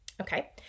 Okay